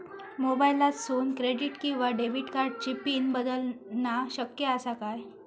मोबाईलातसून क्रेडिट किवा डेबिट कार्डची पिन बदलना शक्य आसा काय?